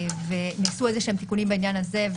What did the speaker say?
ניסו איזשהם תיקונים בעניין הזה,